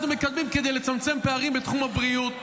מקדמים כדי לצמצם פערים בתחום הבריאות,